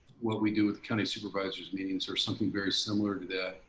what we do with county supervisor's meetings or something very similar to that.